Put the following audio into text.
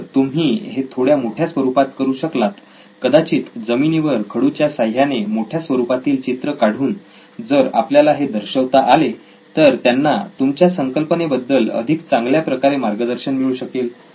जर तुम्ही हे थोड्या मोठ्या स्वरूपात करू शकलात कदाचित जमिनीवर खडू च्या साह्याने मोठ्या स्वरूपातील चित्र काढून जर आपल्याला हे दर्शवता आले तर त्यांना तुमच्या संकल्पने बद्दल अधिक चांगल्या प्रकारे मार्गदर्शन मिळू शकेल